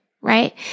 right